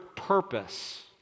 purpose